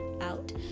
out